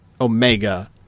Omega